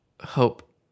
hope